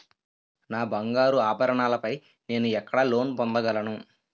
నా బంగారు ఆభరణాలపై నేను ఎక్కడ లోన్ పొందగలను?